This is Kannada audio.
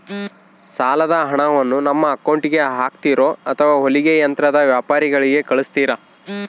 ಸಾಲದ ಹಣವನ್ನು ನಮ್ಮ ಅಕೌಂಟಿಗೆ ಹಾಕ್ತಿರೋ ಅಥವಾ ಹೊಲಿಗೆ ಯಂತ್ರದ ವ್ಯಾಪಾರಿಗೆ ಕಳಿಸ್ತಿರಾ?